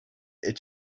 est